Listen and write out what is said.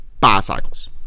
bicycles